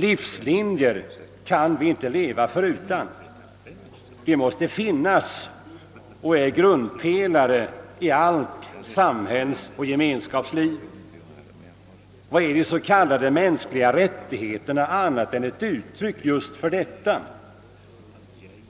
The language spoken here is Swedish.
Livslinjer kan vi inte leva förutan; de måste finnas och är grundpelare i allt samhällsoch gemenskapsliv. Vad är de så kallade mänskliga rättigheterna annat än ett uttryck för just detta?